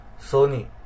Sony